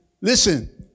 Listen